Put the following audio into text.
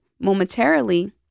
momentarily